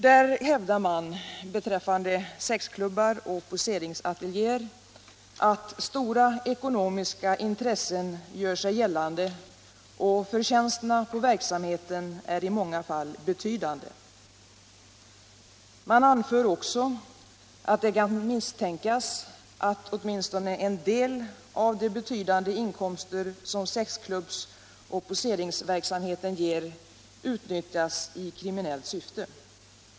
Där hävdar man beträffande sexklubbar och poseringsateljéer att stora ekonomiska intressen gör sig gällande och att förtjänsterna på verksamheten i många fall är betydande. Man anför också att det kan misstänkas att åtminstone en del av de betydande inkomster som sexklubbsoch poseringsverksamheten ger utnyttjas i kriminellt syfte.